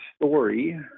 Story